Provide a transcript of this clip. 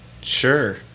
sure